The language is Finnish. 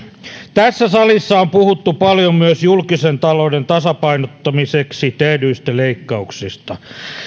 tässä salissa on puhuttu paljon myös julkisen talouden tasapainottamiseksi tehdyistä leikkauksista